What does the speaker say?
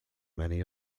many